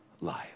life